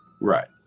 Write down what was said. Right